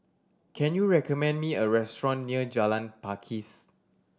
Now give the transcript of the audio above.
can you recommend me a restaurant near Jalan Pakis